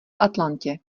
atlantě